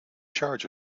charge